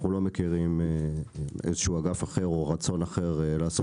אנחנו לא מכירים איזה שהוא אגף אחר או רצון אחר לעשות דבר דומה.